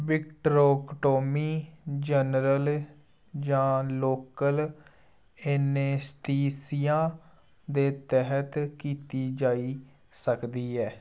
vitrectomy general जां local anaesthesia दे तैह्त कीती जाई सकदी ऐ